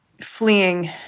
fleeing